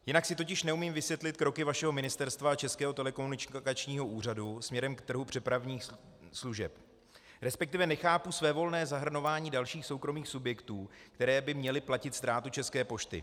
Jinak si totiž neumím vysvětlit kroky vašeho ministerstva a Českého telekomunikačního úřadu směrem k trhu přepravních služeb, respektive nechápu svévolné zahrnování dalších soukromých subjektů, které by měly platit ztrátu České pošty.